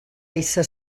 eixe